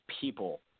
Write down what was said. people